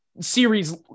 series